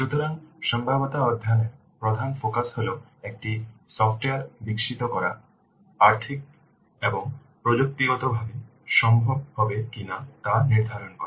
সুতরাং সম্ভাব্যতা অধ্যয়ন এর প্রধান ফোকাস হল একটি সফ্টওয়্যার বিকশিত করা আর্থিক এবং প্রযুক্তিগতভাবে সম্ভব হবে কিনা তা নির্ধারণ করা